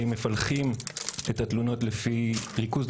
האם מפלחים את התלונות לפי ריכוז,